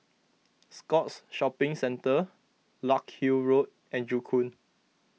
Scotts Shopping Centre Larkhill Road and Joo Koon